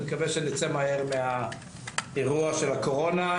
אני מקווה שאצא מהר מהאירוע של הקורונה.